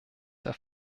der